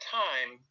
time